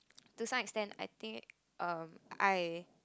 to some extent I think um I